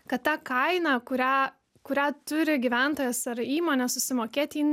kad ta kaina kurią kurią turi gyventojas ar įmonė susimokėti ji